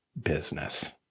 business